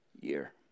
year